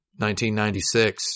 1996